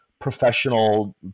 professional